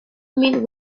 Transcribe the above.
met